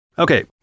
Okay